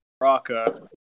Raka